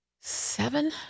Seven